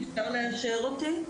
ניתן לאשר אותי?